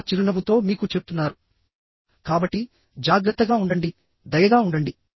చాలా చిరునవ్వుతో మీకు చెప్తున్నారు కాబట్టి జాగ్రత్తగా ఉండండి దయగా ఉండండి